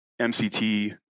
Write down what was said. MCT